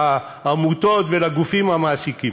לעמותות ולגופים המעסיקים,